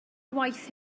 waith